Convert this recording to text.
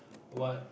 what